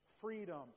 freedom